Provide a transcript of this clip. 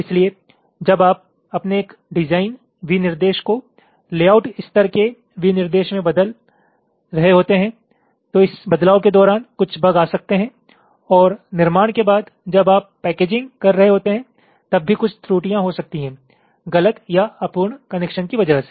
इसलिए जब आप अपने एक डिज़ाइन विनिर्देश को लेआउट स्तर के विनिर्देश में बदल रहे होते हैं तो इस बदलाव के दौरान कुछ बग आ सकते हैं और निर्माण के बाद जब आप पैकेजिंग कर रहे होते हैं तब भी कुछ त्रुटियां हो सकती हैं गलत या अपूर्ण कनेक्शन की वजह से